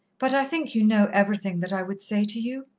but i think you know everything that i would say to you?